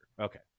Okay